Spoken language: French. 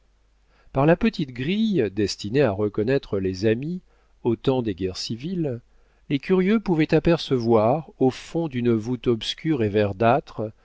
par la petite grille destinée à reconnaître les amis au temps des guerres civiles les curieux pouvaient apercevoir au fond d'une voûte obscure et verdâtre